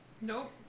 Nope